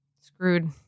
screwed